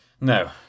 No